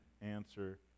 answer